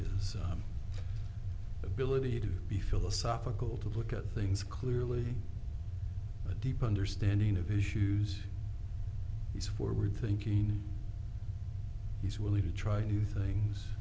as ability to be philosophical to look at things clearly a deep understanding of issues he's forward thinking he's willing to try new things